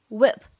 whip